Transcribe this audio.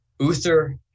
Uther